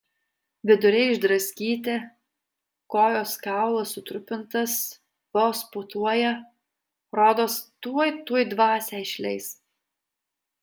viduriai išdraskyti kojos kaulas sutrupintas vos pūtuoja rodos tuoj tuoj dvasią išleis